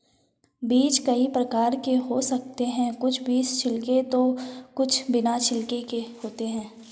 बीज कई प्रकार के हो सकते हैं कुछ बीज छिलके तो कुछ बिना छिलके के होते हैं